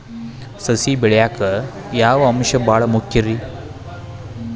ಸಸಿ ಬೆಳೆಯಾಕ್ ಯಾವ ಅಂಶ ಭಾಳ ಮುಖ್ಯ ರೇ?